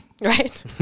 Right